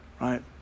right